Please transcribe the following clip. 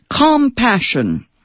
Compassion